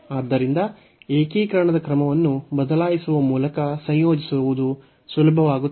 ಆದ್ದರಿಂದ ಏಕೀಕರಣದ ಕ್ರಮವನ್ನು ಬದಲಾಯಿಸುವ ಮೂಲಕ ಸಂಯೋಜಿಸುವುದು ಸುಲಭವಾಗುತ್ತದೆ